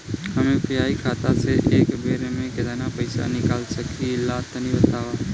हम यू.पी.आई खाता से एक बेर म केतना पइसा निकाल सकिला तनि बतावा?